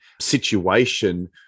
situation